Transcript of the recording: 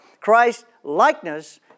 Christ-likeness